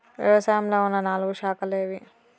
వ్యవసాయంలో ఉన్న నాలుగు శాఖలు ఏవి?